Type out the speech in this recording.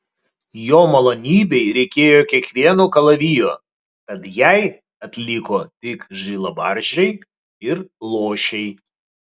jo malonybei reikėjo kiekvieno kalavijo tad jai atliko tik žilabarzdžiai ir luošiai